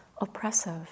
oppressive